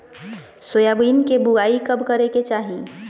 Soybean के बुआई कब करे के चाहि?